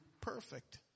perfect